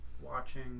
watching